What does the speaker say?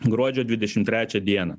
gruodžio dvidešim trečią dieną